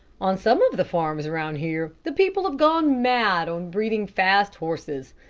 on some of the farms around here, the people have gone mad on breeding fast horses.